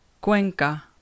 Cuenca